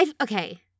Okay